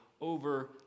over